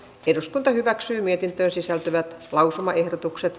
eduskunta hyväksyi mietintöön sisältyvät lausumaehdotukset